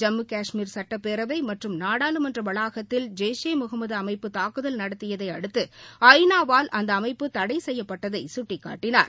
ஜம்மு கஷ்மீா சுட்டப்பேரவை மற்றும் நாடாளுமன்ற வளாகத்தில் ஜெய்ஷ் ஈ முகமது அமைப்பு துக்குதல் நடத்தியதை அடுத்து ஐ நா வால் அந்த அமைப்பு தடை செய்யப்பட்டதை கட்டிக்காட்டினார்